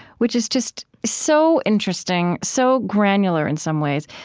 which is just so interesting, so granular in some ways,